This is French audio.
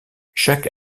chaque